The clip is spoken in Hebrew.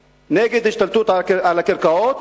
ציטוט, "נגד ההשתלטות על קרקעותיה.